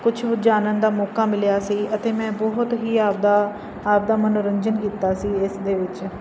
ਕੁਛ ਜਾਣਨ ਦਾ ਮੌਕਾ ਮਿਲਿਆ ਸੀ ਅਤੇ ਮੈਂ ਬਹੁਤ ਹੀ ਆਪਦਾ ਆਪਦਾ ਮਨੋਰੰਜਨ ਕੀਤਾ ਸੀ ਇਸ ਦੇ ਵਿੱਚ